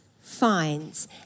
finds